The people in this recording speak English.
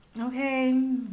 okay